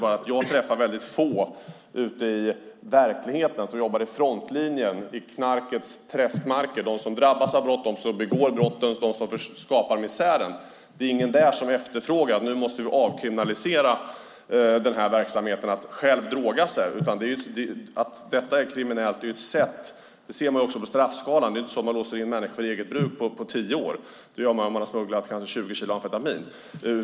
Bland dem jag träffar ute i verkligheten som jobbar i frontlinjens knarkträsk med dem som drabbas av brotten, begår brotten och skapar misären är det ingen som efterfrågar en avkriminalisering av självdrogandet. Att det är kriminellt är ett sätt att bekämpa det. Det ser man också på straffskalan. Man låser inte in folk på tio år för eget bruk. Det gör man om de har smugglat 20 kilo amfetamin.